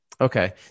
Okay